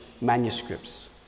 manuscripts